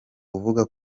uvuga